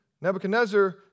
Nebuchadnezzar